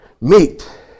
meet